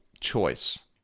choice